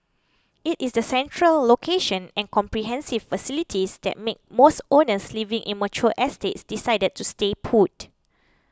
it is the central location and comprehensive facilities that make most owners living in mature estates decide to stay put